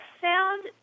found